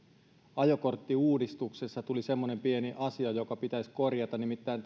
ajokorttiuudistuksesta tuli pieni asia joka pitäisi korjata nimittäin